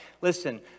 Listen